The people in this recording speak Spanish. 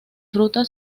fruta